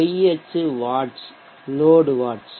y அச்சு watts load watts